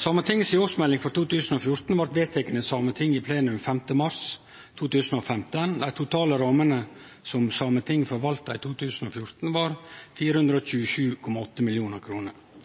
Sametinget si årsmelding frå 2014 blei vedteken i Sametinget i plenum 5. mars 2015. Dei totale rammene som Sametinget forvalta i 2014, var 427,8